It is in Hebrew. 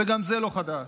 וגם זה לא חדש.